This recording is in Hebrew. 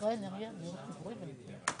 על דחיפות הפנייה.